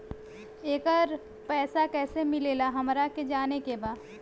येकर पैसा कैसे मिलेला हमरा के जाने के बा?